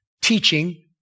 teaching